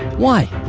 why?